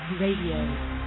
Radio